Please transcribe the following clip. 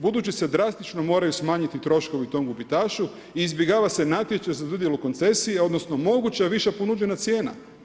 Budući se drastično moraju smanjiti troškovi tom gubitašu i izbjegava se natječaj za dodjelu koncesije odnosno moguća više ponuđena cijena.